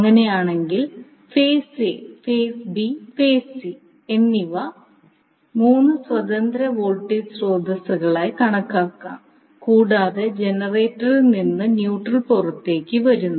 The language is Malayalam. അങ്ങനെയാണെങ്കിൽ phase A phase B phase C എന്നിവ 3 സ്വതന്ത്ര വോൾട്ടേജ് സ്രോതസ്സുകളായി കണക്കാക്കാം കൂടാതെ ജനറേറ്ററിൽ നിന്ന് ന്യൂട്രൽ പുറത്തേക്ക് വരുന്നു